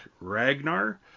Ragnar